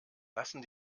lassen